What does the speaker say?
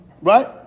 Right